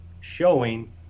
showing